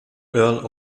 earl